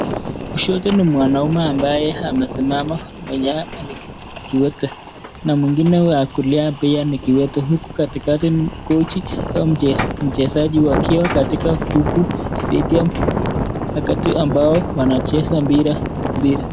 Kushoto ni mwanaume ambaye amesimama, mwenye ni kiwete, na mwingine wa kulia pia ni kiwete huku katikati kochi mchezaji wakiwa katika huku stadium wakati ambao wanacheza mpira mpira.